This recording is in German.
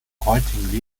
heutigen